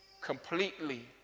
completely